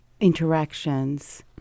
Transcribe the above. interactions